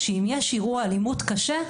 שאם יש אירוע אלימות קשה,